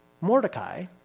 Mordecai